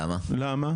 למה?